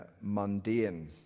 mundane